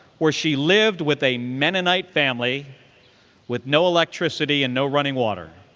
where she lived with a mennonite family with no electricity, and no running water.